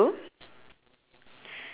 then the guy that is not doing anything